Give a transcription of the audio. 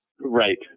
Right